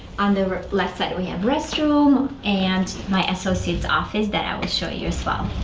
on the left side we have restroom and my associates office that i will show you as well